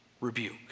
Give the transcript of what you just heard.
rebuke